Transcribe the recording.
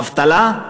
אבטלה.